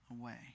away